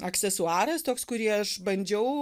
aksesuaras toks kurį aš bandžiau